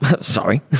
Sorry